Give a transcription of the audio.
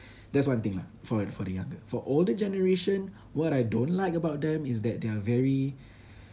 that's one thing lah for for the younger for older generation what I don't like about them is that they are very